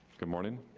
good morning,